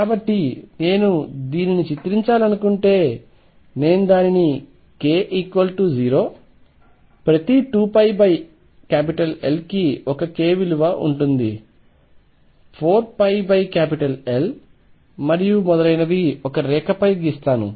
కాబట్టి నేను దీనిని చిత్రించాలనుకుంటే నేను దానిని k0 ప్రతి 2πL కి ఒక k విలువ ఉంటుంది 4πL మరియు మొదలైనవి ఒక రేఖపై గీస్తాను